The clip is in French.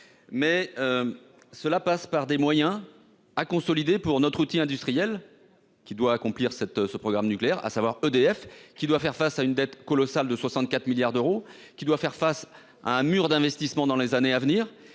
Mais. Cela passe par des moyens à consolider pour notre outil industriel qui doit accomplir cette ce programme nucléaire à savoir EDF qui doit faire face à une dette colossale de 64 milliards d'euros qui doit faire face à un mur d'investissements dans les années à venir